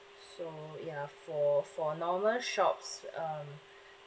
so ya for for normal shops um